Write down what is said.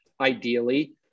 ideally